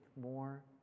more